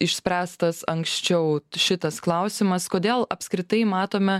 išspręstas anksčiau šitas klausimas kodėl apskritai matome